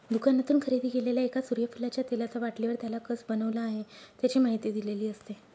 दुकानातून खरेदी केलेल्या एका सूर्यफुलाच्या तेलाचा बाटलीवर, त्याला कसं बनवलं आहे, याची माहिती दिलेली असते